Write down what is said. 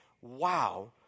wow